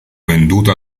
venduta